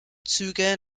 züge